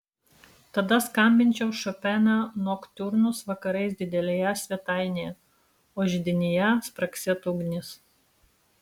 tada skambinčiau šopeno noktiurnus vakarais didelėje svetainėje o židinyje spragsėtų ugnis